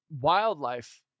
wildlife